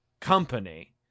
company